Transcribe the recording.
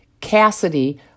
Cassidy